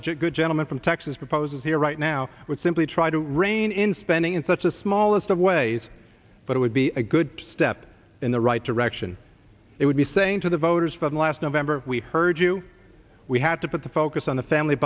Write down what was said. just good gentleman from texas proposes here right now simply try to rein in spending in such a smallest of ways but it would be a good step in the right direction it would be saying to the voters vote last november we heard you we had to put the focus on the family